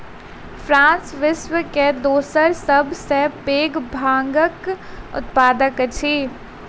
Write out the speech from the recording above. France विश्व के दोसर सभ सॅ पैघ भांगक उत्पादक अछि